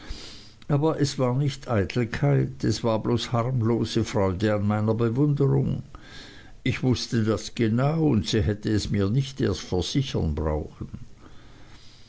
aber es war nicht eitelkeit es war bloß harmlose freude an meiner bewunderung ich wußte das genau und sie hätte es mir nicht erst versichern brauchen